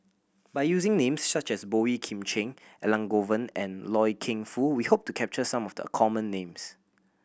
by using names such as Boey Kim Cheng Elangovan and Loy Keng Foo we hope to capture some of the common names